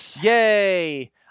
Yay